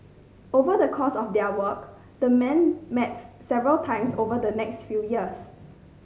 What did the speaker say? over the course of their work the men met several times over the next few years